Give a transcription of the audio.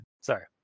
Sorry